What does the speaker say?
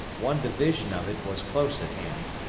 one division of it was close at hand,